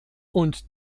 und